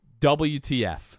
WTF